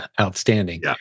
outstanding